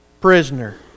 prisoner